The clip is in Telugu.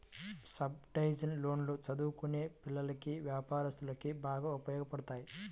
సబ్సిడైజ్డ్ లోన్లు చదువుకునే పిల్లలకి, వ్యాపారస్తులకు బాగా ఉపయోగపడతాయి